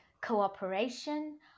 cooperation